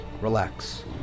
relax